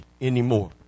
anymore